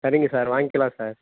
சரிங்க சார் வாங்கிக்கலாம் சார்